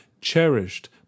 Cherished